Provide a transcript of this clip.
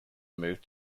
moved